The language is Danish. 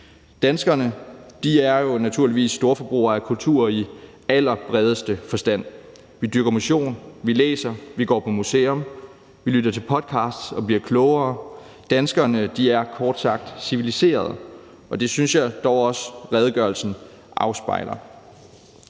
Danskerne er naturligvis storforbrugere af kultur i allerbredeste forstand. Vi dyrker motion, vi læser, vi går på museum, vi lytter til podcast og bliver klogere, danskerne er kort sagt civiliserede, og det synes jeg dog også, at redegørelsen afspejler.